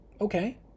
okay